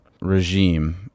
regime